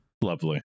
Lovely